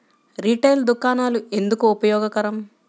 Retail దుకాణాలు ఎందుకు ఉపయోగకరం?